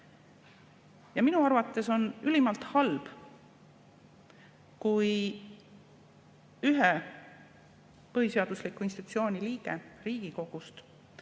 Minu arvates on ülimalt halb, kui ühe põhiseadusliku institutsiooni – Riigikogu